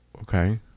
Okay